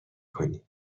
کنی